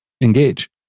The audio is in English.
engage